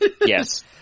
Yes